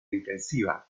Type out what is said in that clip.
intensiva